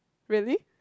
really